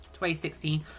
2016